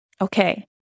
Okay